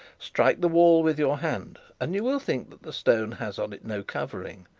strike the wall with your hand, and you will think that the stone has on it no covering,